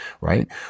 right